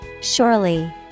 Surely